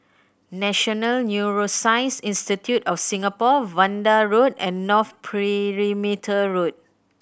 National Neuroscience Institute of Singapore Vanda Road and North Perimeter Road